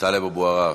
טלב אבו עראר.